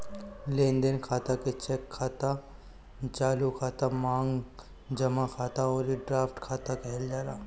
लेनदेन खाता के चेकिंग खाता, चालू खाता, मांग जमा खाता अउरी ड्राफ्ट खाता कहल जाला